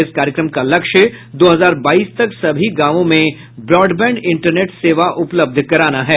इस कार्यक्रम का लक्ष्य दो हजार बाईस तक सभी गांवों में ब्रॉडबैंड इंटरनेट सेवा उपलब्ध कराना है